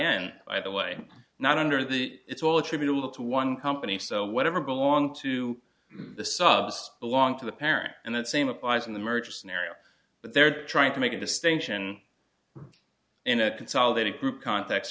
n by the way not under the it's all attributable to one company so whatever belong to the subs belong to the parent and that same applies in the merger scenario but they're trying to make a distinction in a consolidated group cont